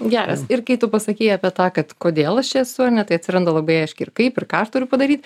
geras ir kai tu pasakei apie tą kad kodėl aš esu ar ne tai atsiranda labai aiškiai ir kaip ir ką aš turiu padaryt